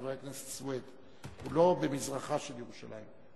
חבר הכנסת סוייד, הוא לא במזרחה של ירושלים.